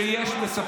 הקשבתי לכם רוב קשב.